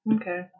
Okay